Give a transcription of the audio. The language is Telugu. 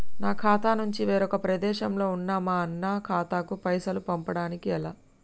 నా ఖాతా నుంచి వేరొక ప్రదేశంలో ఉన్న మా అన్న ఖాతాకు పైసలు పంపడానికి ఎలా?